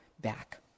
back